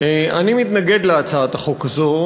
אני מתנגד להצעת החוק הזאת.